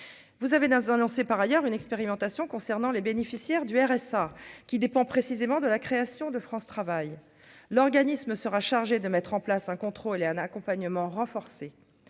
vous avez dans lancé par ailleurs une expérimentation concernant les bénéficiaires du RSA qui dépend précisément de la création de France travaille, l'organisme sera chargé de mettre en place un contrôle et un accompagnement renforcé,